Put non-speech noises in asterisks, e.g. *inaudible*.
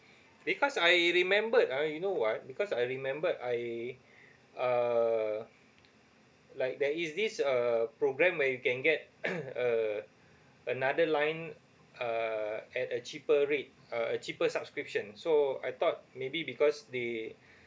because I remembered ah you know why because I remembered I uh like there is this uh programme where you can get *coughs* uh another line uh at a cheaper rate uh a cheaper subscription so I thought maybe because they